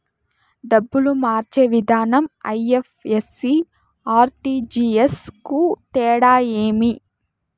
డబ్బులు మార్చే విధానం ఐ.ఎఫ్.ఎస్.సి, ఆర్.టి.జి.ఎస్ కు తేడా ఏమి?